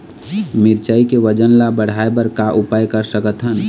मिरचई के वजन ला बढ़ाएं बर का उपाय कर सकथन?